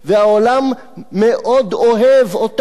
והעולם מאוד אוהב אותם,